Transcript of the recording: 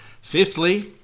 fifthly